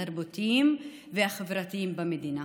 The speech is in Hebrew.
התרבותיות והחברתיות במדינה.